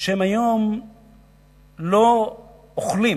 שהם היום לא אוכלים,